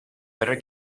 better